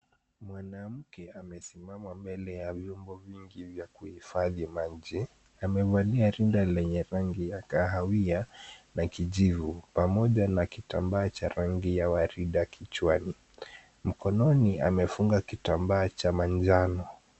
Mwanamke amesimama mbele ya vyombo vingi vya kuhifadhi maji. Amevalia rinda lenye rangi ya kahawia na kijivu, pamoja na kitambaa cha rangi ya warida kichwani. Mkononi amefunga kitambaa cha manjano.